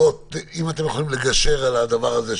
חברים וחברות, תגשרו על הדבר הזה.